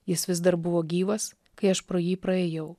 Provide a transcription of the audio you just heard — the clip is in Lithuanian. jis vis dar buvo gyvas kai aš pro jį praėjau